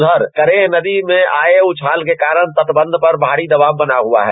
उधर करेह नदी मे आए उछाल के कारण तटबंध पर भारी दबाव बना हुआ है